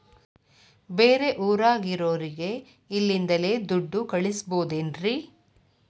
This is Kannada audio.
ಬೇರೆ ಊರಾಗಿರೋರಿಗೆ ಇಲ್ಲಿಂದಲೇ ದುಡ್ಡು ಕಳಿಸ್ಬೋದೇನ್ರಿ?